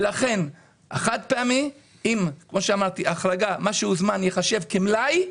לכן צריך שיהיה מיסוי על החד פעמי והחרגה של מה שהוזמן לפני התקנה,